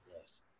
Yes